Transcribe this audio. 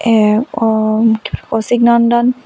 অঁ কৌশিক নন্দন